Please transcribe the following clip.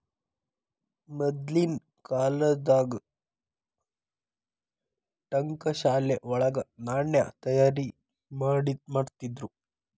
ಮದ್ಲಿನ್ ಕಾಲ್ದಾಗ ಠಂಕಶಾಲೆ ವಳಗ ನಾಣ್ಯ ತಯಾರಿಮಾಡ್ತಿದ್ರು